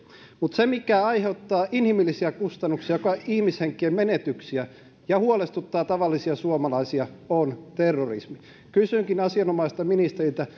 mutta se mikä aiheuttaa inhimillisiä kustannuksia ja ihmishenkien menetyksiä ja huolestuttaa tavallisia suomalaisia on terrorismi kysynkin asianomaiselta ministeriltä